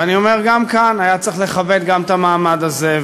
ואני אומר גם כאן: היה צריך לכבד גם את המעמד הזה,